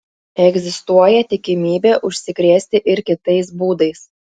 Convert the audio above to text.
egzistuoja tikimybė užsikrėsti ir kitais būdais